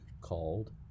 called